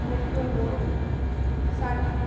मिठो लोलो साटा